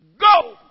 go